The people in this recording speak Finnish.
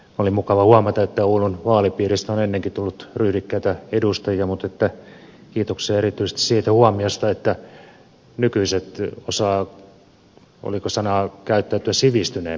oli mukava huomata että oulun vaalipiiristä on ennenkin tullut ryhdikkäitä edustajia mutta kiitoksia erityisesti siitä huomiosta että nykyiset osaavat oliko se sana käyttäytyä sivistyneemmin kuin aiemmat